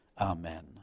Amen